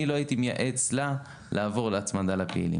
לא הייתי מייעץ לה לעבור להצמדה למדד.